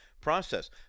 process